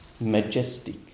Majestic